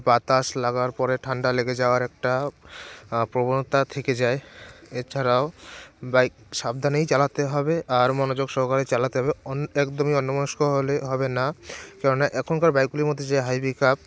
বাতাস লাগার পরে ঠান্ডা লেগে যাওয়ার একটা প্রবণতা থেকে যায় এছাড়াও বাইক সাবধানেই চালাতে হবে আর মনোযোগ সহকারে চালাতে হবে অন একদমই অন্যমনস্ক হলে হবে না কেননা এখনকার বাইকগুলির মধ্যে যে হাই পিক আপ